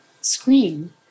screen